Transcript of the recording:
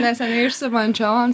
neseniai išsibandžiau ant